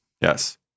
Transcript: Yes